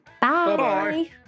Bye